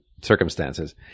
circumstances